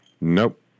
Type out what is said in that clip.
Nope